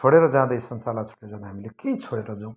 छोडेर जाँदा यो संसारलाई छोडेर जाँदा हामीले केही छोडेर जाउँ